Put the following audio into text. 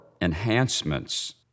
enhancements